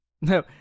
No